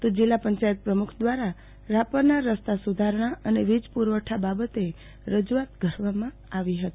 તો જીલ્લા પંચાયત પ્રમુખ દ્વારા રાપરના રસ્તા સુધારણા અને વીજપુરવઠા બાબતે રજૂઆત કરવામાં આવી હતી